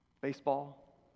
Baseball